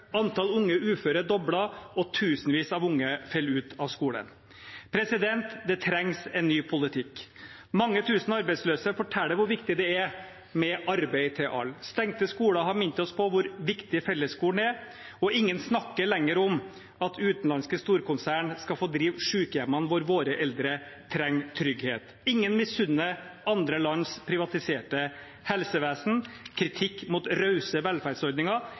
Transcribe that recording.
unge uføre er doblet, og tusenvis av unge faller ut av skolen. Det trengs en ny politikk. Mange tusen arbeidsløse forteller hvor viktig det er med arbeid til alle. Stengte skoler har minnet oss på hvor viktig fellesskolen er, og ingen snakker lenger om at utenlandske storkonsern skal få drive sykehjemmene hvor våre eldre trenger trygghet. Ingen misunner andre lands privatiserte helsevesen. Kritikk mot rause velferdsordninger